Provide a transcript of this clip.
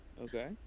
Okay